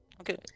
Okay